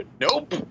Nope